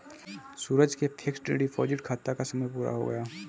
सूरज के fixed deposit खाता का समय पूरा हो गया है